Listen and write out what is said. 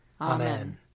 Amen